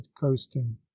coasting